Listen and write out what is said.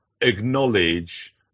acknowledge